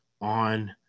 on